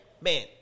man